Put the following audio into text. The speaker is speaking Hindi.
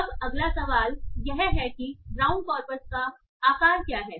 अब अगला सवाल यह है कि ब्राउन कॉर्पस का आकार क्या है